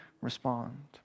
respond